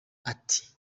ati